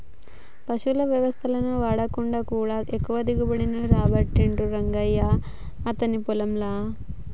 పశువుల వ్యర్ధాలను వాడకుండా కూడా ఎక్కువ దిగుబడి రాబట్టిండు రంగయ్య అతని పొలం ల